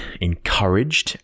encouraged